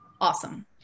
Awesome